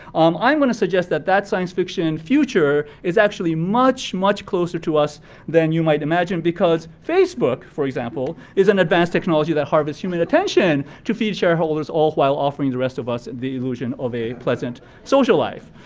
um i um wanna suggest that that science fiction in the future is actually much, much closer to us than you might imagine. because facebook, for example, is an advanced technology that harvests human attention to feed shareholders all while offering the rest of us the illusion of a pleasant social life.